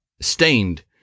stained